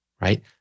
right